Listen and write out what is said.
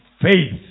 faith